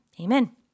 Amen